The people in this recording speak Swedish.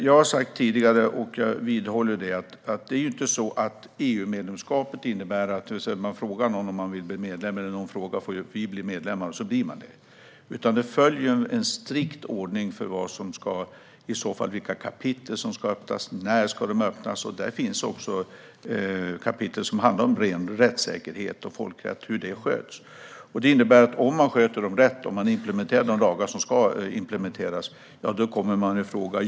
Jag har tidigare sagt, och jag vidhåller, att EU-medlemskapet inte innebär att man frågar ett land om det vill bli medlem eller att ett land frågar om det får bli medlem - och så blir det så. Det följer i stället en strikt ordning för vilka kapitel som i så fall ska öppnas och när de ska öppnas. Där finns även kapitel som handlar om ren rättssäkerhet, folkrätt och hur det sköts. Det innebär att det land som sköter detta rätt och implementerar de lagar som ska implementeras kommer ifråga.